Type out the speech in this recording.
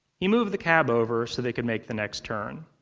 he moved the cab over so they could make the next turn.